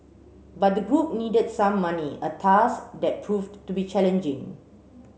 but the group needed seed money a task that proved to be challenging